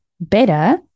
better